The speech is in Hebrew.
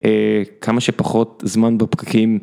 כמה שפחות זמן בפקקים.